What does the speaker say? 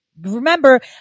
Remember